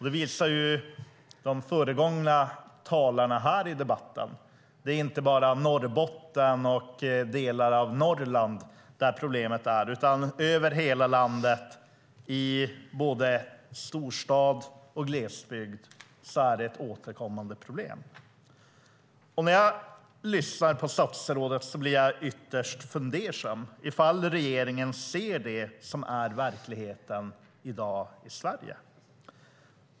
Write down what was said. Det har de tidigare talarna visat i debatten. Det är inte bara i Norrbotten och delar av Norrland som problemet finns, utan över hela landet i både storstad och glesbygd är den bristande täckningen ett återkommande problem. När jag lyssnar på statsrådet blir jag ytterst fundersam inför om regeringen ser verkligheten i dag i Sverige.